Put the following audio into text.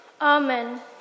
Amen